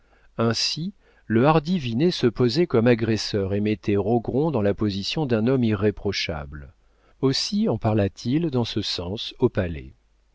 ainsi le hardi vinet se posait comme agresseur et mettait rogron dans la position d'un homme irréprochable aussi en parla t il dans ce sens au palais